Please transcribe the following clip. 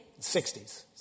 60s